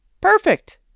Perfect